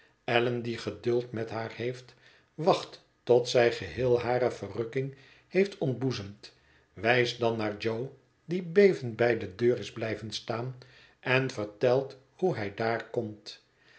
allan die geduld met haar heeft wacht tot zij geheel hare verrukking heeft ontboezemd wijst dan naar jo die bevend bij de deur is blijven staan en vertelt hoe hij daar komt